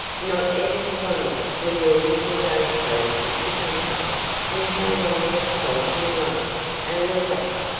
not ever to wonder where your winter's overcoat is to come from and how long the coal will last, and all that.